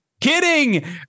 Kidding